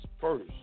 first